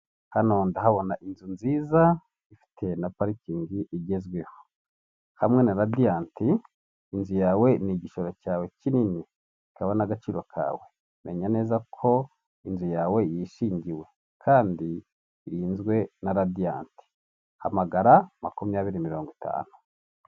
Hano ndahabona inzu nziza ifite na parikingi igezweho hamwe na radianti inzu yawe ni igishoro cyawe kinini ikaba n'agaciro kawe menya neza ko inzu yawe yishingiwe kandi irinzwe na radiant hamagara makumyabiri mirongo itanu .